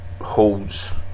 holds